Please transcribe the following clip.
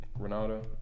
Ronaldo